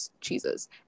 cheeses